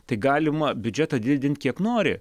tai galima biudžetą didint kiek nori